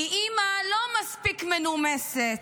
היא אימא לא מספיק מנומסת.